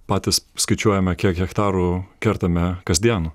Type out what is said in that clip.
patys skaičiuojame kiek hektarų kertame kasdien